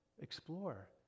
explore